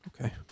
Okay